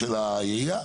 של העירייה,